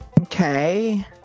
okay